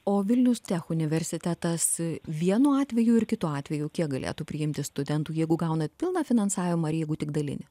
o vilnius tech universitetas vienu atveju ir kitu atveju kiek galėtų priimti studentų jeigu gaunat pilną finansavimą ir jeigu tik dalinį